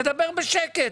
תדבר בשקט.